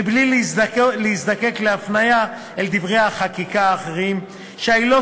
מבלי להזדקק להפניה אל דברי חקיקה אחרים שהעילות